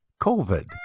covid